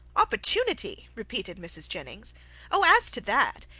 opportunity! repeated mrs. jennings oh! as to that,